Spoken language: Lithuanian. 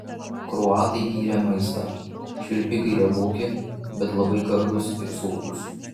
kroatai gyrė maistą švilpikai rieboki bet labai gardūs ir sotūs